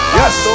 yes